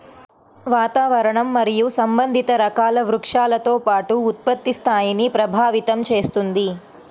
వాతావరణం మరియు సంబంధిత రకాల వృక్షాలతో పాటు ఉత్పత్తి స్థాయిని ప్రభావితం చేస్తుంది